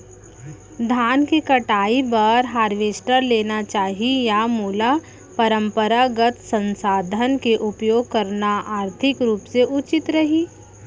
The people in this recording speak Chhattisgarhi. धान के कटाई बर हारवेस्टर लेना चाही या मोला परम्परागत संसाधन के उपयोग करना आर्थिक रूप से उचित रही?